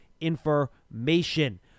information